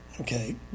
Okay